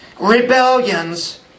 Rebellions